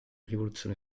rivoluzione